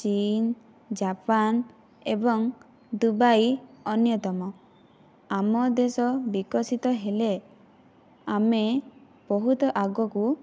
ଚୀନ ଜାପାନ ଏବଂ ଦୁବାଇ ଅନ୍ୟତମ ଆମ ଦେଶ ବିକଶିତ ହେଲେ ଆମେ ବହୁତ ଆଗକୁ